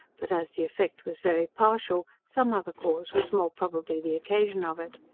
but as the effect was very partial, some other cause was more probably the occasion of it.